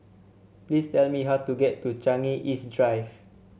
please tell me how to get to Changi East Drive